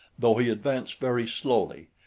though he advanced very slowly,